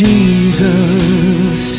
Jesus